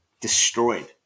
destroyed